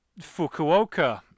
Fukuoka